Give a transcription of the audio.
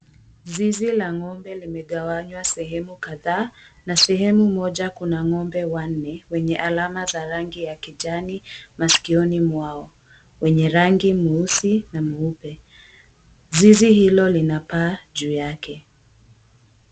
Zizi la ng'ombe limegawanywa sehemu kadhaa, na sehemu moja kuna ng'ombe wanne, wenye alama za rangi ya kijani maskioni mwao. Wenye rangi mweusi na mweupe. Zizi hilo lina paa juu yake.